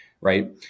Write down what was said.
right